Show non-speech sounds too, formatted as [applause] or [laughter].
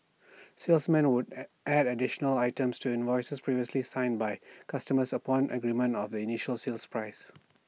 [noise] salesmen would [noise] add additional items to invoices previously signed by customers upon agreement on the initial sale prices